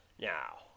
Now